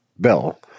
bill